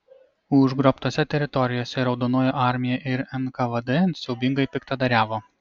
užgrobtose teritorijose raudonoji armija ir nkvd siaubingai piktadariavo